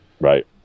right